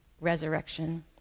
resurrection